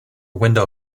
window